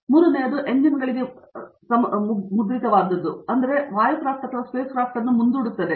ಮತ್ತು ಮೂರನೆಯದು ಎಂಜಿನ್ಗಳಿಗೆ ಮುದ್ರಿತವಾಗಿದ್ದು ಅದು ಒಮ್ಮೆ ವಾಯು ಕ್ರಾಫ್ಟ್ ಅಥವಾ ಸ್ಪೇಸ್ ಕ್ರಾಫ್ಟ್ ಅನ್ನು ಮುಂದೂಡುತ್ತದೆ